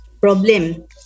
problem